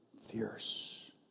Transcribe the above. fierce